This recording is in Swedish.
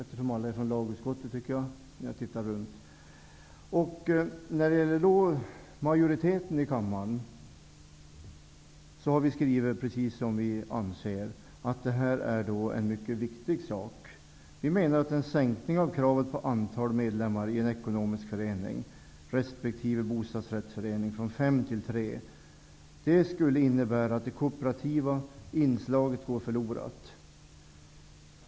När jag tittar runt tycker jag att det verkar som om alla som är här är från lagutskottet. Vi i utskottets majoritet har skrivit att vi anser att det här är en mycket viktig sak. Vi menar att en sänkning av kravet på minsta antalet medlemmar i en ekonomisk förening resp. bostadsrättsförening från fem till tre skulle innebära att det kooperativa inslaget går förlorat.